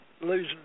losing